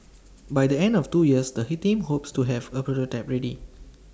by the end of two years the hit team hopes to have A prototype ready